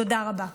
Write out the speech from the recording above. תודה רבה.